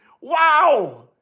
Wow